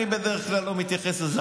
אני בדרך כלל לא מתייחס לזה,